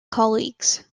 colleagues